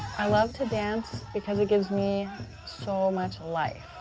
i love to dance because it gives me so much life.